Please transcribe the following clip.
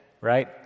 Right